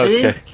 Okay